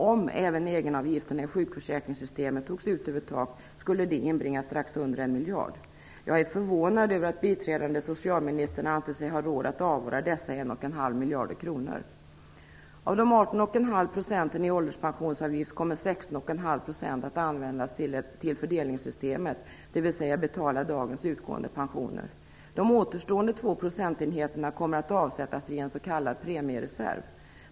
Om även egenavgifterna i sjukförsäkringssystemet togs ut över tak skulle det inbringa strax under 1 miljard. Jag är förvånad över att biträdande socialministern anser sig ha råd att avvara dessa 1,5 miljarder kronor. att användas till fördelningssystemet, dvs. de skall betala dagens utgående pensioner. De återstående 2 procentenheterna kommer att avsättas i en s.k. premiereserv.